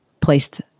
placed